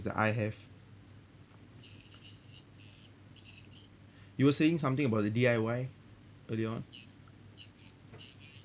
that I have you were saying something about the D_I_Y earlier on